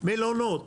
מלונות,